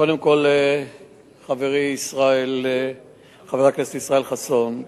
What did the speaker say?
חברי חבר הכנסת ישראל חסון,